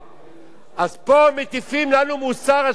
אז פה מטיפים לנו מוסר השכם והערב: